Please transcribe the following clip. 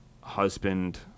husband